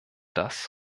das